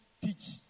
teach